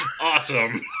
Awesome